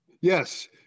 Yes